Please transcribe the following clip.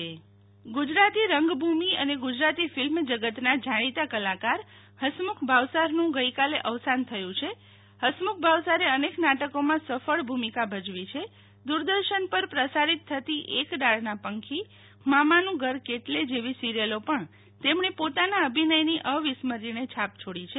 શિતલ વૈશ્નવ હસમુખ ભાવસાર અવસાન ગુજરાતી રંગભૂ મિ અને ગુજરાતી ફિલ્મ જગતના જાણીતા કલાકારહસમુ ખ ભાવસારનું ગઈકાલે અવસાન થયુ છે હસમુખ ભાવસારે અનેક નાટકોમાં સફળ ભૂ મિકા ભજવીછે દૂરદર્શન પર પ્રસારિત થતી એક ડાળના પંખી મામાનુ ઘર કેટલે જેવી સિરિયલો પણ તેમણે પોતાના અભિનયની અવિસ્મરણીયછાપ છોડી છે